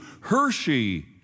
Hershey